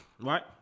right